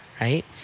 right